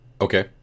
okay